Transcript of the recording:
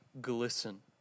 glisten